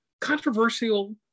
controversial